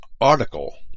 article